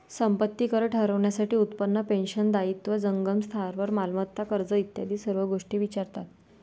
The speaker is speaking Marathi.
संपत्ती कर ठरवण्यासाठी उत्पन्न, पेन्शन, दायित्व, जंगम स्थावर मालमत्ता, कर्ज इत्यादी सर्व गोष्टी विचारतात